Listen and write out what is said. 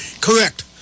Correct